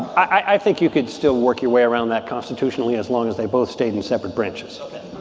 i think you could still work your way around that constitutionally as long as they both stayed in separate branches ok.